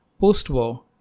Post-war